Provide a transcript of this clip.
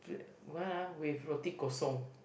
what ah with roti kosong